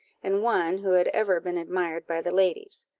and one who had ever been admired by the ladies.